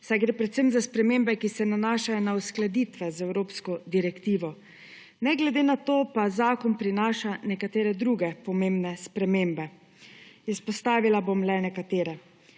saj gre predvsem za spremembe, ki se nanašajo na uskladitve z Evropsko direktivo. Ne glede na to pa zakon prinaša nekatere druge pomembne spremembe. Izpostavila bom le nekatere.